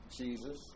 Jesus